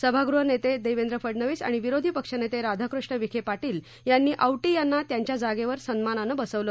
सभागृह नेते देवेंद्र फडनवीस आणि विरोधी पक्षनेते राधाकृष्ण विखे पाटील यांनी औटी यांना त्यांच्या जागेवर सन्मानानं बसवलं